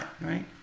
right